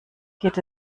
geht